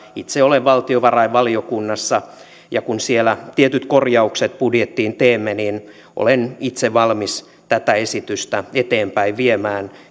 itse olen valtiovarainvaliokunnassa ja kun siellä tietyt korjaukset budjettiin teemme niin olen itse valmis tätä esitystä eteenpäin viemään